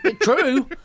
true